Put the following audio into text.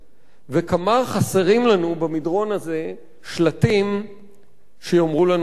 וכמה חסרים לנו במדרון הזה שלטים שיאמרו לנו "עצור".